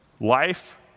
Life